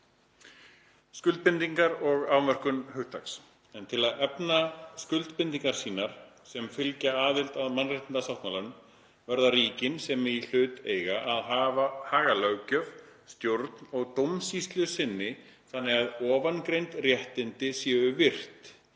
Skuldbindingar og afmörkun hugtaks segir: „Til að efna skuldbindingar sínar, sem fylgja aðild að mannréttindasáttmálanum, verða ríkin, sem í hlut eiga, að haga löggjöf, stjórn- og dómsýslu sinni þannig að ofangreind réttindi séu virt.